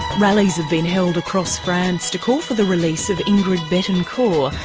rallies have been held across france to call for the release of ingrid betancourt,